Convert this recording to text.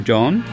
John